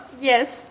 Yes